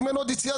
אם אין עוד יציאה,